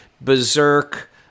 berserk